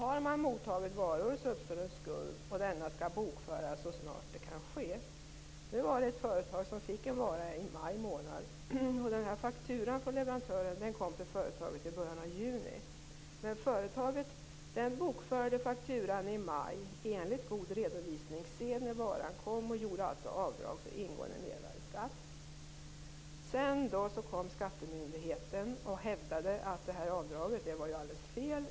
Har man mottagit varor uppstår en skuld. Denna skall bokföras så snart det kan ske. Nu var det ett företag som fick en vara i maj månad. Fakturan från leverantören kom till företaget i början av juni. Men företaget bokförde enligt god redovisningssed fakturan i maj, när varan kom, och gjorde alltså avdrag för ingående mervärdesskatt. Sedan kom skattemyndigheten och hävdade att det här avdraget var alldeles fel.